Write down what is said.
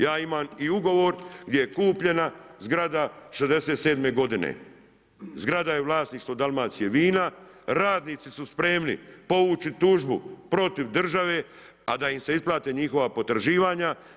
Ja imam i ugovor gdje je kupljena zgrada '67. godine, zgrada je vlasništvo Dalmacijevina, radnici su spremni povući tužbu protiv države, a da im se isplate njihova potraživanja.